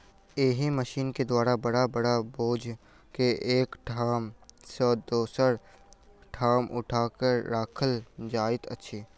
एहि मशीन के द्वारा बड़का बड़का बोझ के एक ठाम सॅ दोसर ठाम उठा क राखल जाइत अछि